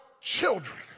children